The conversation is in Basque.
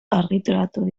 argitaratu